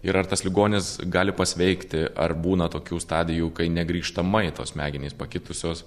ir ar tas ligonis gali pasveikti ar būna tokių stadijų kai negrįžtamai tos smegenys pakitusios